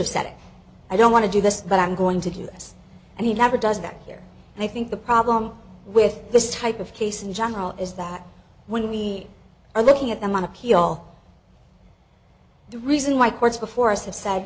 have said i don't want to do this but i'm going to do this and he never does that here and i think the problem with this type of case in general is that when we are looking at them on appeal the reason why courts before us have said